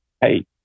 hey